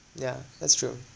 yeah that's true